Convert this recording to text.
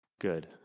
good